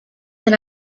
then